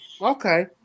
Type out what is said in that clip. okay